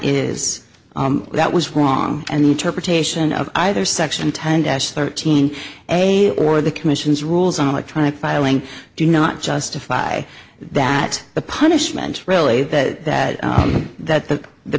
is that was wrong and the interpretation of either section tundish thirteen a or the commission's rules on electronic filing do not justify that the punishment really that that that that the